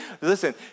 listen